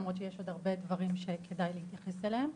למרות שיש עוד הרבה דברים שכדאי להתייחס אליהם.